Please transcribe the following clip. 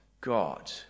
God